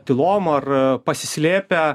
tylom ar pasislėpę